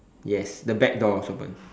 yes the back door was open